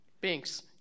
Binks